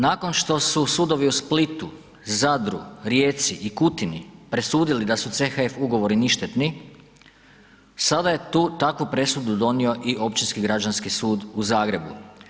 Nakon što su sudovi u Splitu, Zadru, Rijeci i Kutini presudili da su CHF ugovori ništetni, sada je takvu presudu donio i Općinski građanski sud u Zagrebu.